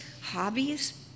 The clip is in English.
hobbies